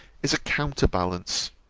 is a counter-balance.